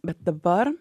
bet dabar